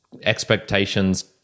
expectations